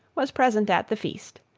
was present at the feast.